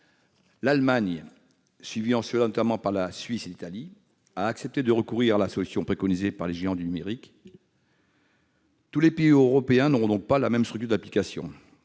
L'Allemagne, suivie notamment par la Suisse et l'Italie, a accepté de recourir à la solution préconisée par les géants du numérique. Tous les pays européens n'auront donc pas la même structure d'application,